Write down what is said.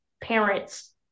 parents